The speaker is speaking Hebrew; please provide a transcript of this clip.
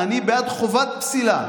אני בעד חובת פסילה.